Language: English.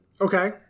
Okay